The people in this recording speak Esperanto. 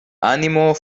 animo